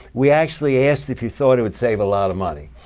we actually asked if you thought it would save a lot of money.